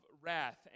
wrath